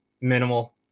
minimal